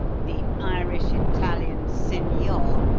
the irish-italian signor,